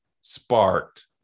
sparked